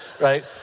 right